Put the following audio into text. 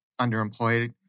underemployed